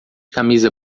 camisa